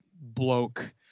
bloke